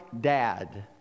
dad